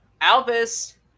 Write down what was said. Albus